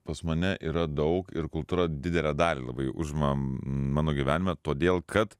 pas mane yra daug ir kultūra didelę dalį labai užima mano gyvenime todėl kad